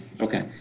Okay